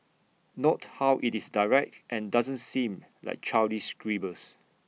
note how IT is direct and doesn't seem like childish scribbles